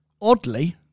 oddly